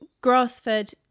grass-fed